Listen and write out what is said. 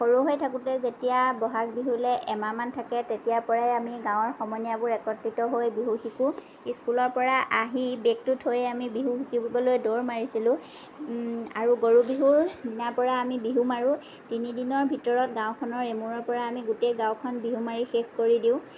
সৰু হৈ থাকোতে যেতিয়া ব'হাগ বিহুলৈ এমাহমান থাকে তেতিয়াৰ পৰাই আমি গাঁৱৰ সমনীয়াবোৰ একত্ৰিত হৈ বিহু শিকো স্কুলৰ পৰা আহি বেগটো থৈয়ে আমি বিহু শিকিবলৈ দৌৰ মাৰিছিলো আৰু গৰু বিহুৰ দিনাৰপৰা আমি বিহু মাৰো তিনিদিনৰ ভিতৰত গাঁওখনৰ এমূৰৰ পৰা আমি গোটেই গাঁওখন বিহু মাৰি শেষ কৰি দিওঁ